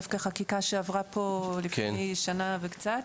דווקא חקיקה שעברה פה לפני שנה וקצת,